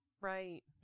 Right